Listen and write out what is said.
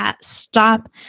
stop